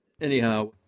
Anyhow